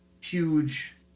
huge